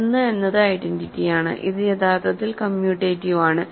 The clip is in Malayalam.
1 എന്നത് ഐഡന്റിറ്റിയാണ് ഇത് യഥാർത്ഥത്തിൽ കമ്മ്യൂട്ടേറ്റീവ് ആണ്